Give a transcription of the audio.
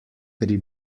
pri